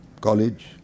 college